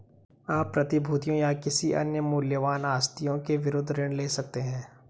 आप प्रतिभूतियों या किसी अन्य मूल्यवान आस्तियों के विरुद्ध ऋण ले सकते हैं